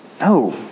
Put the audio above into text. No